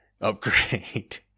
upgrade